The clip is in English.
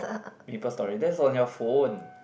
Maplestory that's on your phone